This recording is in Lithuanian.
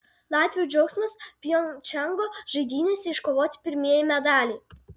latvių džiaugsmas pjongčango žaidynėse iškovoti pirmieji medaliai